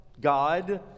God